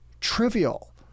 trivial